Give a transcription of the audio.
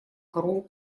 корову